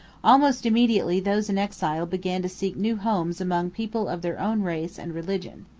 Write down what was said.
almost immediately those in exile began to seek new homes among people of their own race and religion.